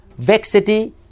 Vexity